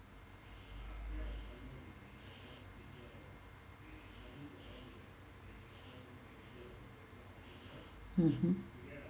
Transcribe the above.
mmhmm